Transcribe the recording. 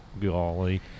Golly